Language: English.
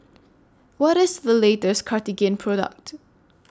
What IS The latest Cartigain Product